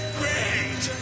great